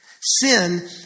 Sin